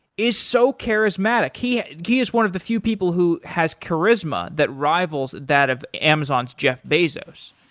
is so charismatic. he he is one of the few people who has charisma that rivals that of amazon's jeff bezos.